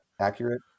accurate